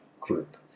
group